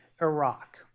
Iraq